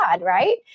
right